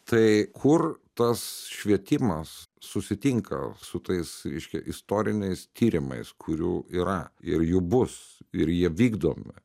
tai kur tas švietimas susitinka su tais reiškia istoriniais tyrimais kurių yra ir jų bus ir jie vykdomi